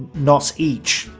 not each.